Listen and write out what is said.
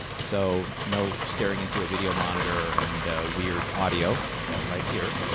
so no staring into a video monitor and weird audio. got him right here.